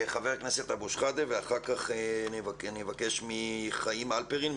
חבר הכנסת אבו שחאדה ואחר כך אני אבקש מחיים הלפרין,